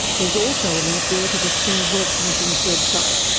there's also a link there to the fair work commission's website,